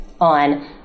on